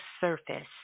surface